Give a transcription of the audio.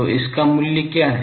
तो इसका मूल्य क्या है